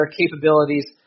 capabilities